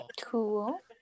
Cool